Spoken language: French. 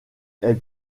elle